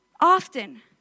often